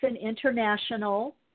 International